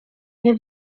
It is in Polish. nie